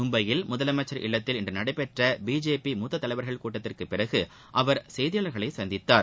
மும்பையில் முதலமைச்சா் இல்லத்தில் இன்று நளடபெற்ற பிஜேபிட மூத்த தலைவர்கள் கூட்டத்திற்கு பிறகு அவர் செய்தியாளர்களை சந்தித்தார்